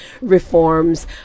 reforms